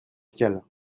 fiscale